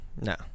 No